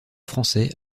français